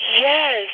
Yes